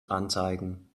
anzeigen